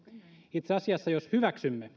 itse asiassa jos hyväksymme